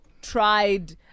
tried